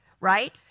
Right